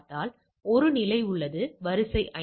எனவே நாம் என்ன செய்வது